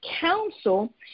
council